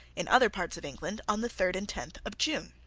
in other parts of england on the third and tenth of june.